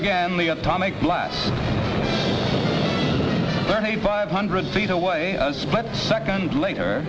again the atomic blast burning five hundred feet away a split second later